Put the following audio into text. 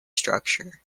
structure